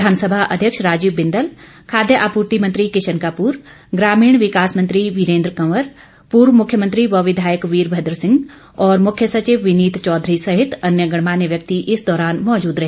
विधानसभा अध्यक्ष राजीव बिंदल खाद्य आपूर्ति मंत्री किशन कप्र ग्रामीण विकास मंत्री वीरेन्द्र कंवर पूर्व मुख्यमंत्री व विधायक वीरभद्र सिंह और मुख्य सचिव विनीत चौधरी सहित अन्य गणमान्य व्यक्ति इस दौरान मौजूद रहे